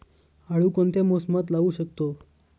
आळू कोणत्या मोसमात लावू शकतो?